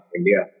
India